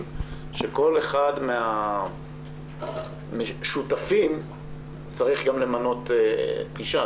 שכל אחד מהשותפים צריך גם למנות אישה,